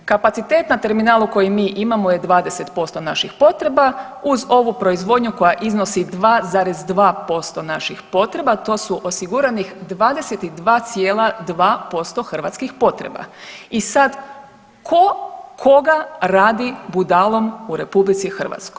Kapacitet na terminalu koji mi imamo je 20% naših potreba, uz ovu proizvodnju koja iznosi 2,2% naših potreba, a to su osiguranih 22,2% hrvatskih potreba i sad ko koga radi budalom u RH?